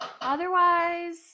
Otherwise